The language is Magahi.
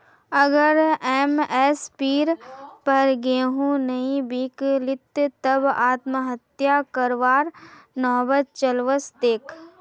अगर एम.एस.पीर पर गेंहू नइ बीक लित तब आत्महत्या करवार नौबत चल वस तेक